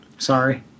Sorry